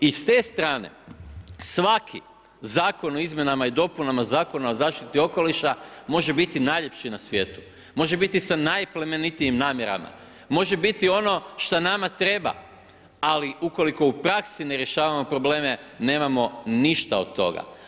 I s te strane svaki zakon o izmjenama i dopunama Zakona o zaštiti okoliša može biti najljepši na svijetu, može biti sa najplemenitijim namjerama, može biti ono šta nama treba, ali ukoliko u praksi ne rješavamo probleme nemamo ništa od toga.